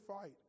fight